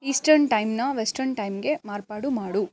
eastern ಟೈಮ್ನ western ಟೈಮ್ಗೆ ಮಾರ್ಪಾಡು ಮಾಡು